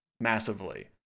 massively